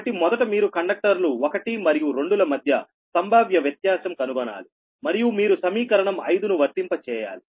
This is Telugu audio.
కాబట్టి మొదట మీరు కండక్టర్లు ఒకటి మరియు రెండు ల మధ్య సంభావ్య వ్యత్యాసం కనుగొనాలి మరియు మీరు సమీకరణం 5ను వర్తింపజేయాలి